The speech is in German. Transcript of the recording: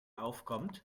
aufkommt